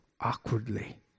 awkwardly